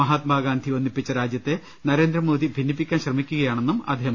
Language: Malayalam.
മഹാത്മാഗാന്ധി ഒന്നിപ്പിച്ച രാജ്യത്തെ നരേന്ദ്രമോദി ഭിന്നിപ്പിക്കാൻ ശ്രമിക്കുകയാ ണ്